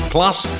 Plus